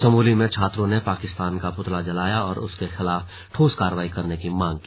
चमोली में छात्रों ने पाकिस्तान का पुतला जलाया और उसके खिलाफ ठोस कार्रवाई करने की मांग की